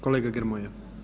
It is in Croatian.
Kolega Grmoja.